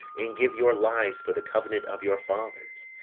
and give your lives for the covenant of your fathers.